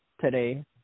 today